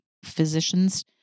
Physicians